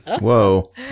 Whoa